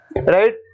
Right